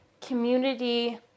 community